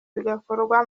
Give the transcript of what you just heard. bigakorwa